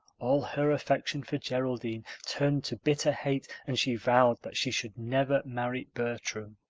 all her affection for geraldine turned to bitter hate and she vowed that she should never marry bertram.